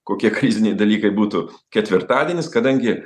kokie kriziniai dalykai būtų ketvirtadienis kadangi